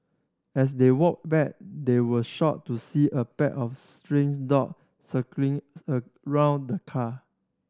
as they walked back they were shocked to see a pack of strains dog circling around the car